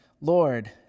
Lord